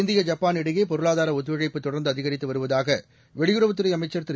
இந்திய ஜப்பான் இடையே பொருளாதார ஒத்துழைப்பு தொடர்ந்து அதிகரித்து வருவதாக வெளியுறவுத் துறை அமைச்சர் திரு